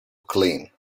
clean